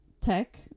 tech